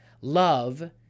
Love